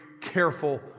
careful